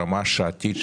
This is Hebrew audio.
ברמה השעתית,